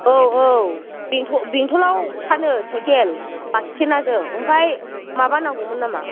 औ औ बेंटलआव फानो साइकेल बास स्टेनजों ओमफ्राय माबा नांगौमोन नामा